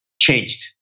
changed